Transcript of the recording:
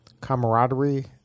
camaraderie